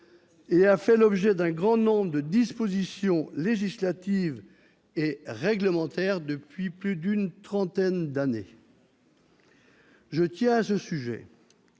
et a fait l'objet d'un grand nombre de dispositions législatives et réglementaires depuis plus d'une trentaine d'années. Je tiens, à ce sujet,